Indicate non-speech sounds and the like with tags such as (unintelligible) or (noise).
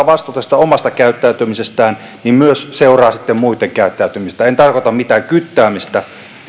(unintelligible) vastuuta siitä omasta käyttäytymisestään niin myös seuraa sitten muitten käyttäytymistä en tarkoita mitään kyttäämistä